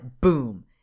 boom